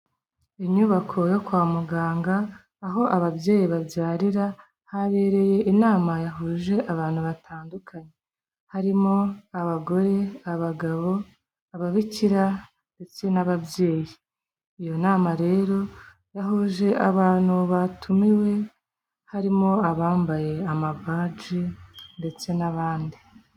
Iyubako yo kwa muganga aho ababyeyi babyarira habereye inama yahuje abantu batandukanye, harimo abagore, abagabo, ababikira, ndetse n'ababyeyi. Iyo nama rero yahuje abantu batumiwe harimo abambaye amapaji ndetse n'abandi.